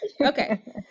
Okay